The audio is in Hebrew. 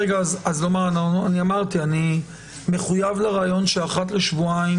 אמרתי שאני מחויב לרעיון שאחת לשבועיים,